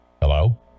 Hello